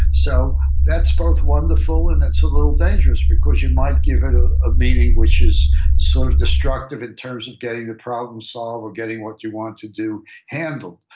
so that's both wonderful and that's a little dangerous, because you might give it ah a meaning which is sort of destructive in terms of getting the problem solved, or getting what you want to do handled.